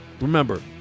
Remember